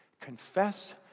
confess